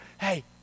Hey